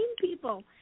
people